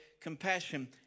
compassion